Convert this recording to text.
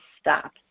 stop